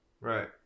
Right